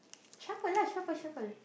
shuffle lah shuffle shuffle